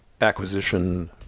Acquisition